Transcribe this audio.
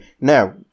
Now